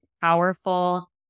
powerful